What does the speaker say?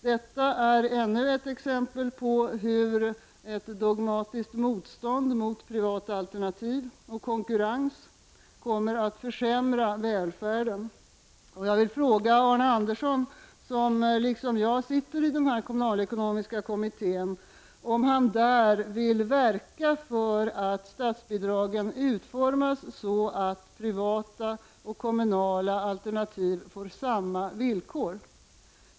Detta är ännu ett exempel på hur ett dogmatiskt motstånd mot privata alternativ och konkurrens försämrar välfärden. Jag vill fråga Arne Andersson i Gamlebysom liksom jag sitter i den kommunalekonomiska kommittén — om han där vill verka för att statsbidragen utformas så att privata och kommunala alternativ får samma villkor?